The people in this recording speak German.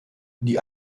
die